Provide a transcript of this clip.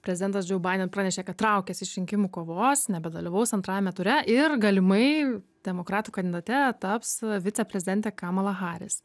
prezidentas džo baiden pranešė kad traukiasi iš rinkimų kovos nebedalyvaus antrajame ture ir galimai demokratų kandidate taps viceprezidentė kamala haris